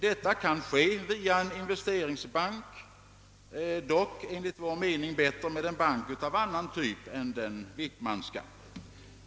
Detta kan ske via en investeringsbank — dock enligt vår mening bättre med en bank av annan typ än den Wickmanska.